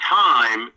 time